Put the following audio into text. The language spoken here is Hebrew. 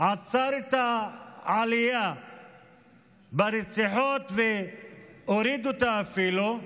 עצר את העלייה ברציחות והוריד אותן אפילו,